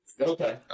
okay